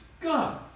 God